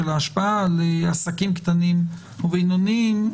של ההשפעה על עסקים קטנים ובינוניים.